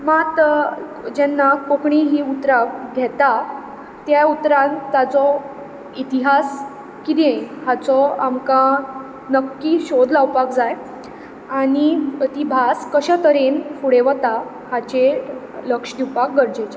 मात जेन्ना कोंकणी हीं उतरां घेता त्या उतरांत ताचो इतिहास कितें हाचो आमकां नक्की शोध लावपाक जाय आनी ती भास कश्या तरेन फुडें वता हाचेर लक्ष दिवपाक गरजेचें